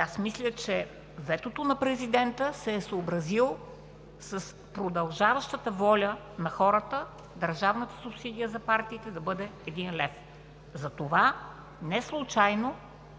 Аз мисля, че за ветото президентът се е съобразил с продължаващата воля на хората държавната субсидия за партиите да бъде един лев. Затова неслучайно